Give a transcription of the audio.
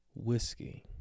whiskey